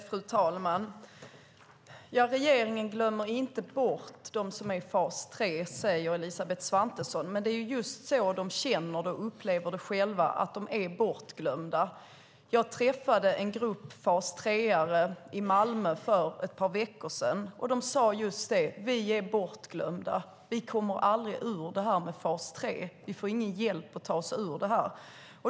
Fru talman! Regeringen glömmer inte bort dem som är i fas 3, säger Elisabeth Svantesson, men det är just så de själva känner och upplever det. De är bortglömda. Jag träffade en grupp fas 3:are i Malmö för ett par veckor sedan, och de sade just det: Vi är bortglömda. Vi kommer aldrig ur detta med fas 3. Vi får ingen hjälp att ta oss ur det.